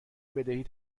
بدهی